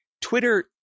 Twitter